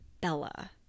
Bella